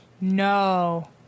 No